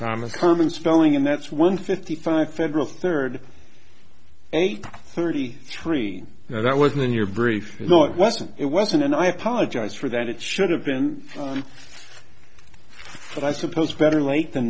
promise common spelling and that's one fifty five federal third age thirty three that wasn't in your brief you know it wasn't it wasn't and i apologize for that it should have been but i suppose better late th